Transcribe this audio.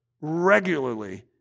regularly